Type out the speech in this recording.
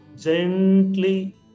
gently